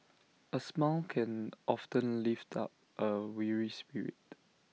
A smile can often lift up A weary spirit